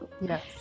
Yes